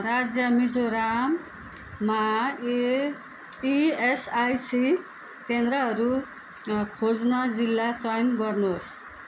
राज्य मिजोराममा एइएसआइसी केन्द्रहरू खोज्न जिल्ला चयन गर्नुहोस्